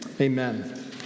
amen